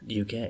UK